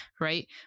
right